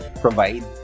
provide